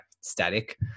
static